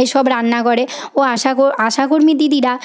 এইসব রান্না করে ও আশাক আশাকর্মী দিদিরা